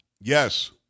Yes